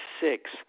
six